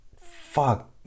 Fuck